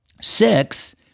six